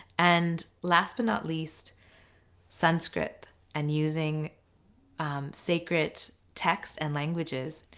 and last but not least sanskrit and using sacred text and languages.